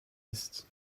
est